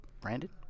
Brandon